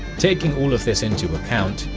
taking all of this into account,